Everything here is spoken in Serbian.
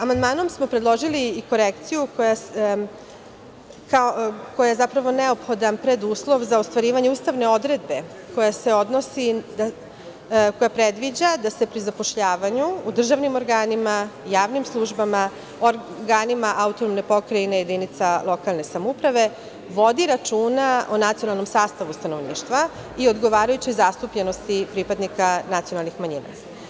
Amandmanom smo predložili i korekciju koja je neophodan preduslov za ostvarivanje ustavne odredbe koja se odnosi, koja predviđa da se pri zapošljavanju u državnim organima, javnim službama, organima autonomne pokrajine, jedinica lokalne samouprave vodi računa o nacionalnom sastavu stanovništva i odgovarajućoj zastupljenosti pripadnika nacionalnih manjina.